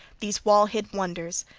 these wall-hid wonders,